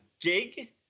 gig